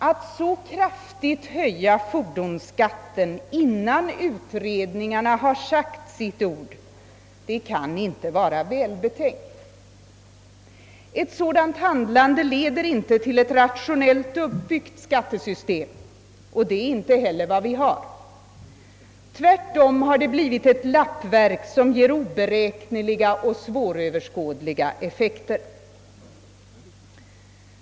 Att så kraftigt höja fordonsskatten innan «utredningarna sagt sitt ord kan inte vara välbetänkt. Ett sådant handlande ger inte något rationellt uppbyggt skattesystem, och det är inte heller vad vi har. Tvärtom har skattesystemet blivit ett lappverk som ger oberäkneliga och svåröverskådliga effekter.